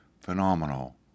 phenomenal